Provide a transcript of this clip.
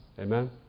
Amen